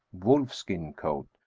wolf skin coat,